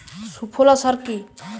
সুফলা সার কি?